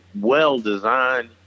well-designed